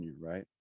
Right